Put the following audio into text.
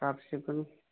চাফ চিকুণ